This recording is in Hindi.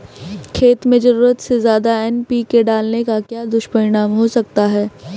खेत में ज़रूरत से ज्यादा एन.पी.के डालने का क्या दुष्परिणाम हो सकता है?